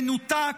מנותק,